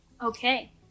Okay